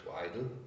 idle